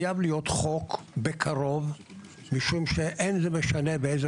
חייב להיות חוק בקרוב משום שאין זה משנה באיזו